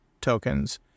tokens